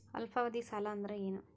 ಅಲ್ಪಾವಧಿ ಸಾಲ ಅಂದ್ರ ಏನು?